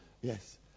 Yes